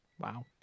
Wow